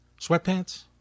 sweatpants